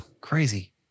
Crazy